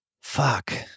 fuck